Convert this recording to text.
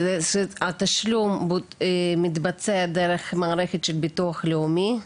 התשלום מתבצע דרך המערכת של ביטוח לאומי,